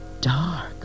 dark